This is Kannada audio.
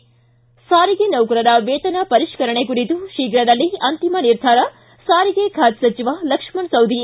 ಿ ಸಾರಿಗೆ ನೌಕರರ ವೇತನ ಪರಿಷ್ಕರಣೆ ಕುರಿತು ಶೀಘ್ರದಲ್ಲೇ ಅಂತಿಮ ನಿರ್ಧಾರ ಸಾರಿಗೆ ಖಾತೆ ಸಚಿವ ಲಕ್ಷ್ಮಣ ಸವದಿ